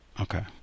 Okay